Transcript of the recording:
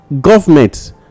government